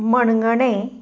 मणगणें